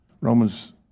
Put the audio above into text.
Romans